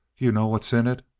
you know what's in it?